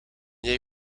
jij